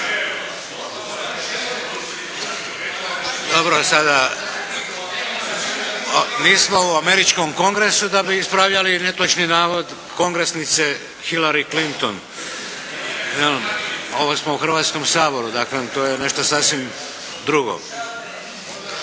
Dobro sada. Nismo u američkom Kongresu da bi ispravljali netočni navod kongresnice Hillary Clinton. Ovo smo u Hrvatskom saboru. Dakle to je nešto sasvim drugo.